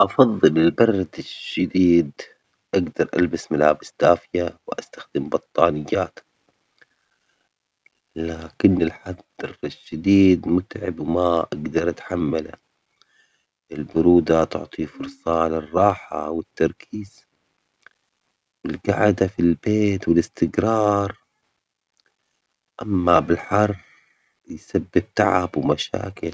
هل تفضل أن تشعر ببرودة شديدة أم بالحر الشديد؟ ولماذا؟